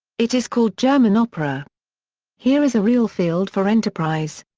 it is called german opera here is a real field for enterprise.